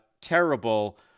terrible